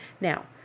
Now